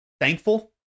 thankful